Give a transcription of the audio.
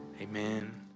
Amen